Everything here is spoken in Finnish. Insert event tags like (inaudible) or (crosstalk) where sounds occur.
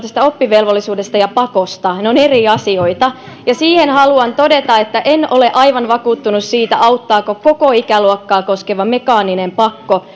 keskustelu oppivelvollisuudesta ja pakosta ne ovat eri asioita ja siihen haluan todeta että en ole aivan vakuuttunut siitä auttaako koko ikäluokkaa koskeva mekaaninen pakko (unintelligible)